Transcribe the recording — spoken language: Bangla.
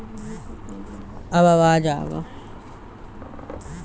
অ্যানিমাল হাসব্যান্ডরি থেকে দুধ, ডিম, মাংস ইত্যাদি অনেক রকমের জিনিস পাওয়া যায়